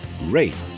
rate